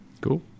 Cool